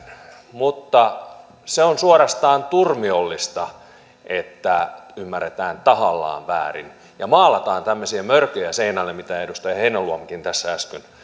mutta se on suorastaan turmiollista että ymmärretään tahallaan väärin ja maalataan tämmöisiä mörköjä seinälle mitä edustaja heinäluomakin tässä